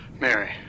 Mary